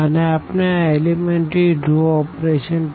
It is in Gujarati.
અને આપણે આ એલીમેન્ટરી રો ઓપરેશનelementary row operations